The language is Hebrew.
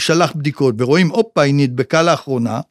‫שלח בדיקות ורואים הופה, היא נדבקה לאחרונה.